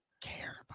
care